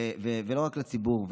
ולא רק לציבור,